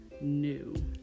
new